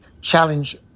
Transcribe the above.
challenge